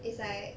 it's like